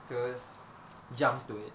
terus jump to it